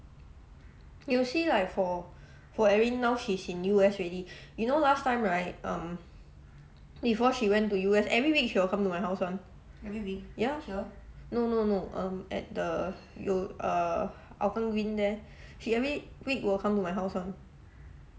you will see like for for erin now she's in U_S already you know last time right um before she went to U_S every week she will come to my house [one] ya here no no no um at the yo~ err hougang green there she every week will come to my house [one]